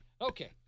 Okay